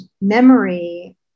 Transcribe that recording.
memory